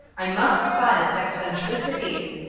i must spot its eccentricities,